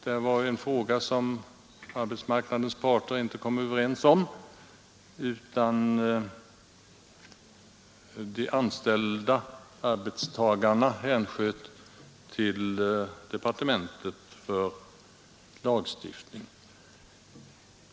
Detta var en fråga som arbetsmarknadens parter inte kom överens om, utan arbetstagarna hänsköt den till departementet för lagstiftning.